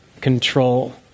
control